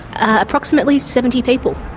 approximately seventy people.